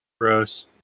Gross